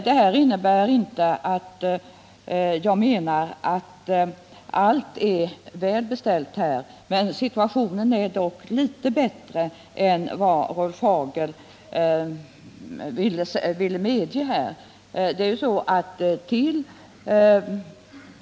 Detta innebär inte att jag menar att allt är väl beställt på detta område, men situationen är dock litet bättre än vad Rolf Hagel här ville medge.